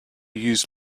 used